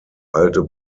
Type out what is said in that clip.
alte